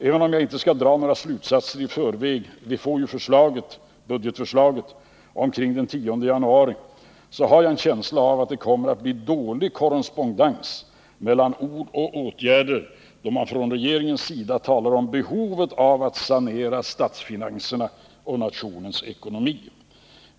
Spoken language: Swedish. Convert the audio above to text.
Även om jag inte skall dra några slutsatser nu — vi får ju budgetförslaget omkring den 10 januari — så har jag en känsla av att det kommer att bli dålig korrespondens mellan ord och åtgärder, då man från regeringens sida talar om behovet av att sanera statsfinanserna och nationens ekonomi.